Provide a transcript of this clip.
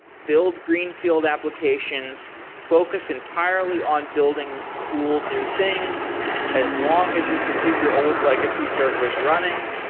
build greenfield applications, focus entirely on building cool, new things as long as you can keep your old legacy servers running.